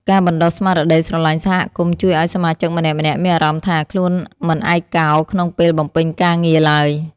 ការបណ្ដុះស្មារតីស្រឡាញ់សហគមន៍ជួយឱ្យសមាជិកម្នាក់ៗមានអារម្មណ៍ថា ខ្លួនមិនឯកោក្នុងពេលបំពេញការងារឡើយ។